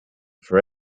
for